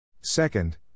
Second